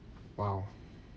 !wow!